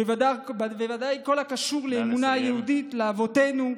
ובוודאי בכל הקשור לאמונה היהודית, לאבותינו,